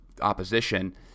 opposition